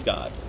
God